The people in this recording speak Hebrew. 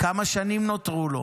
כמה שנים נותרו לו?